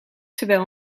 terwijl